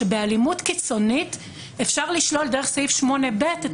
שבאלימות קיצונית אפשר לשלול דרך סעיף 8(ב) את